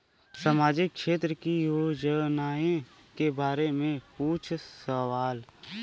सामाजिक क्षेत्र की योजनाए के बारे में पूछ सवाल?